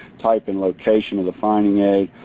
type and location of the finding aid.